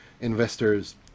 investors